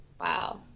Wow